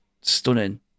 stunning